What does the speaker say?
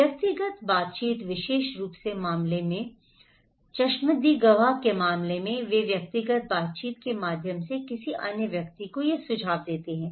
व्यक्तिगत बातचीत विशेष रूप से मामले में विशेष रूप से चश्मदीद गवाह के मामले में वे व्यक्तिगत बातचीत के माध्यम से किसी अन्य व्यक्ति को ये सुझाव देते हैं